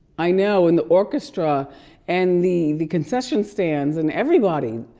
i know in the orchestra and the the concession stands and everybody,